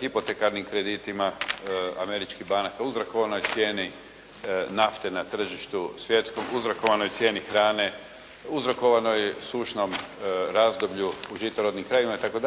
hipotekarnim kreditima američkih banaka uzrok onoj cijeni nafte na tržištu svjetskom, uzrokovanoj cijeni hrane, uzrokovanoj sušnoj razdoblju u žitorodnim krajevima itd.